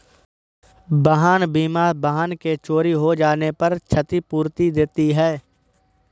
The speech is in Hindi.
वाहन बीमा वाहन के चोरी हो जाने पर क्षतिपूर्ति देती है